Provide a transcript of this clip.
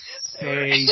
say